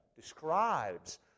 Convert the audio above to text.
describes